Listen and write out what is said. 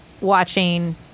watching